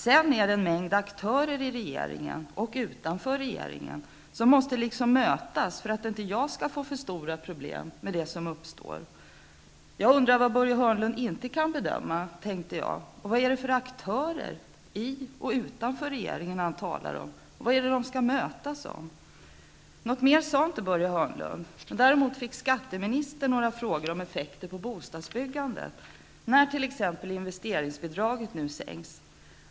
Sedan är det en mängd aktörer i regeringen och utanför regeringen som måste liksom mötas för att inte jag skall få för stora problem med det som uppstår.'' Jag undrar vad Börje Hörnlund inte kan bedöma, tänkte jag. Och vad är det för aktörer i och utanför regeringen han talar om? Vad är det de skall mötas om? Något mer sade inte Börje Hörnlund. Däremot fick skatteministern några frågor om effekter på bostadsbyggandet när t.ex. investeringsbidraget nu sänks.